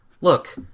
look